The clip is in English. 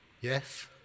Yes